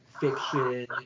fiction